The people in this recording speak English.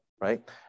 right